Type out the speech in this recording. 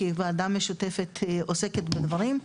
כי הוועדה המשותפת עוסקת בדברים האלה,